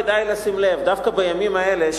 כדאי לשים לב דווקא בימים האלה,